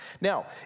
Now